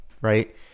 right